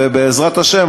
ובעזרת השם,